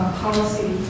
policy